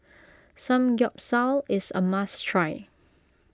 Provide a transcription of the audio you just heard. Samgeyopsal is a must try